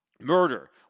murder